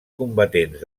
combatents